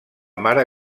mare